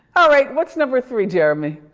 all right, what's number three, jeremy?